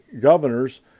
governors